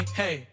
hey